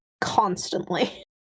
constantly